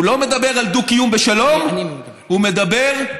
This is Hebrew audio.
הוא לא מדבר על דו-קיום בשלום, הוא מדבר,